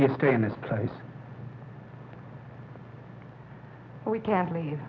you stay in this place we can't leave